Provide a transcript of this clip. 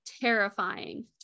terrifying